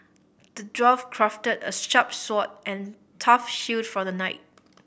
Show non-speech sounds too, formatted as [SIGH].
the dwarf crafted a [UNINTELLIGIBLE] sword and a tough shield for the knight